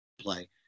play